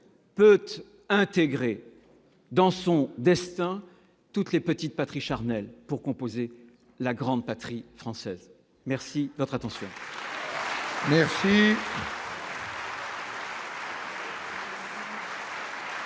peut intégrer dans son destin toutes les petites patries charnelles pour composer la grande patrie française ! La parole est